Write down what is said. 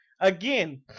Again